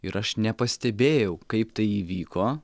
ir aš nepastebėjau kaip tai įvyko